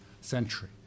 century